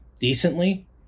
decently